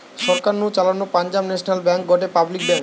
সরকার নু চালানো Punjab national bank গটে পাবলিক ব্যাঙ্ক